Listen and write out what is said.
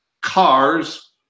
cars